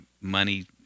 money